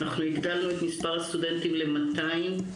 אנחנו הגדלנו את מספר הסטודנטים ל-200,